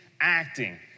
acting